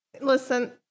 Listen